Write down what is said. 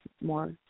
more